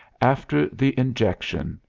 after the injection,